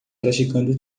praticando